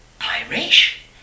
Irish